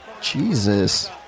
Jesus